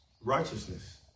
righteousness